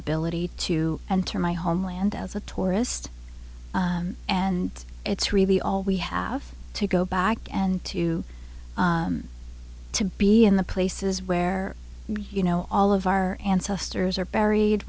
ability to enter my homeland as a tourist and it's really all we have to go back and to to be in the places where you know all of our ancestors are buried